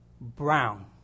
brown